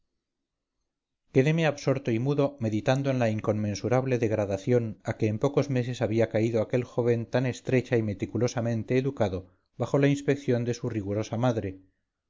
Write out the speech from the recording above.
quedeme absorto y mudo meditando en la inconmensurable degradación a que en pocos meses había caído aquel joven tan estrecha y meticulosamente educado bajo la inspección de su rigorosa madre